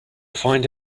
find